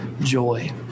joy